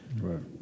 Right